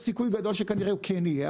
סיכוי גדול שכנראה הוא כן יהיה.